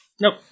nope